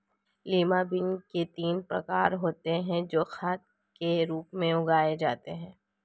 lima beans के तीन प्रकार होते हे जो खाद के रूप में उगाई जाती हें